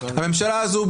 הממשלה הזו,